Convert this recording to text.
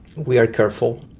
we are careful.